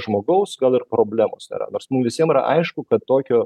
žmogaus gal ir problemos nėra nors mum visiem yra aišku kad tokio